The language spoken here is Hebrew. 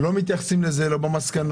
לא מתייחסים לזה, לא במסקנות,